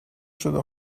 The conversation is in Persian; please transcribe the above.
شده